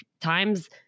times